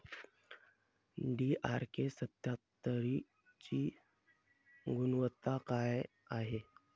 DRK सत्यात्तरची गुनवत्ता काय हाय?